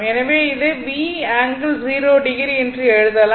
எனவே இதை V ∠θo என்று எழுதலாம்